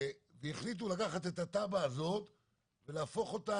והחליטו לקחת את התב"ע הזאת ולהפוך אותה